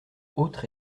autre